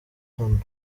hano